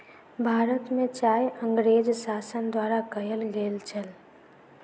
भारत में चाय अँगरेज़ शासन द्वारा कयल गेल छल